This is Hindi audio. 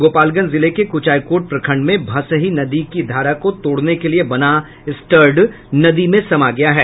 गोपालगंज जिले के कुचायकोट प्रखंड में भसही नदी की धारा को तोड़ने के लिए बना स्टर्ड नदी में समा गया है